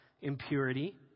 impurity